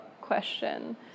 question